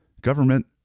Government